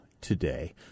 today